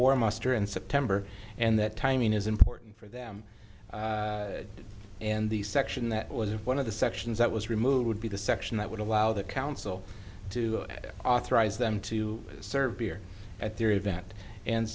war muster in september and that timing is important for them and the section that was one of the sections that was removed would be the section that would allow the council to authorize them to serve beer at their event and